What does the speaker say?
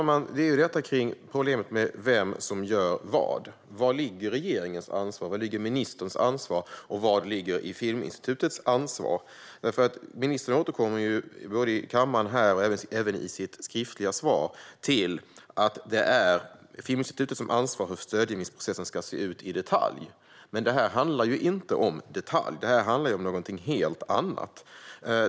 Herr talman! Problemet gäller vem som gör vad. Vad ligger i regeringens ansvar, vad ligger i ministerns ansvar och vad ligger i Filminstitutets ansvar? Ministern återkommer här i kammaren och i sitt svar till att det är Filminstitutet som ansvarar för hur stödgivningsprocessen ska se ut i detalj. Men detta handlar inte om detalj utan om något helt annat.